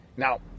Now